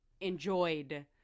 enjoyed